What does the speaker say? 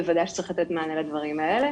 בוודאי שצריך לתת מענה לדברים האלה,